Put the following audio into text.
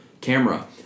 camera